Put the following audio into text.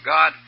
God